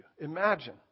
Imagine